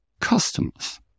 customers